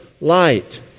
light